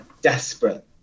desperate